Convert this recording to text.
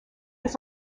has